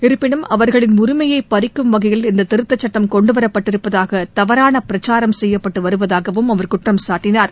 இருப்பினும் அவர்களின் உரிமையை பறிக்கும் வகையில் இந்த திருத்தச் சுட்டம் கொண்டு வரப்பட்டிருப்பதாக தவறான பிரச்சாரம் செய்யப்பட்டு வருவதாகவும் அவர் குற்றம் சாட்டினார்